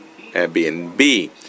Airbnb